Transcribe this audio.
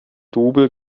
double